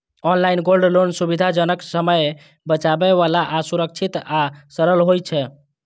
online gold loan सुविधाजनक, समय बचाबै बला आ सुरक्षित आ सरल होइ छै